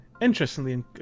Interestingly